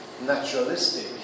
naturalistic